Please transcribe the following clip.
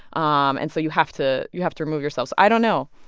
um and so you have to you have to remove yourself. so i don't know